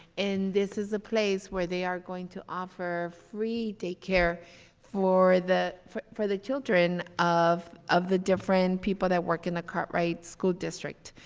and this is a place where they are going to offer free daycare for the for for the children of of the different people that work in the cartwright school district.